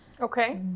okay